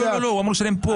אמור לשלם פה.